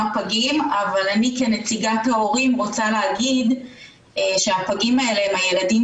אבל אני כנציגת ההורים רוצה להגיד שהפגים האלה הם הילדים